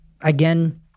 again